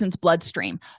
bloodstream